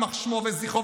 יימח שמו וזכרו,